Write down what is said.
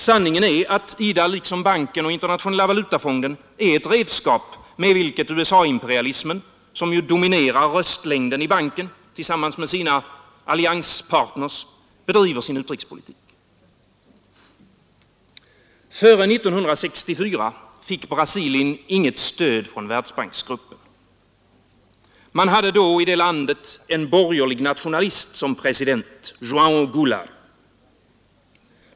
Sanningen är att IDA, liksom banken och Internationella valutafonden, är ett redskap med vilket USA-imperialismen — som ju dominerar röstlängden i banken tillsammans med sina allianspartner — bedriver sin utrikespolitik. Före 1964 fick Brasilien inget stöd från Världsbanksgruppen. Man hade då i det landet en borgerlig nationalist som president, Joåo Goulart.